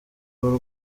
ubu